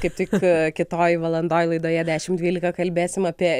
kaip tik kitoj valandoj laidoje dešimt dvylika kalbėsim apie